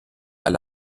alle